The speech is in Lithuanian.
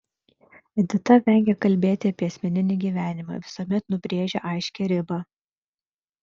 edita vengia kalbėti apie asmeninį gyvenimą visuomet nubrėžia aiškią ribą